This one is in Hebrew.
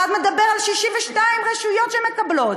אחד מדבר על 62 רשויות שמקבלות,